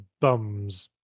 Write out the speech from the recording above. bums